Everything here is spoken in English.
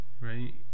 Right